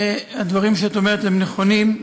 הדברים שאת אומרת הם נכונים.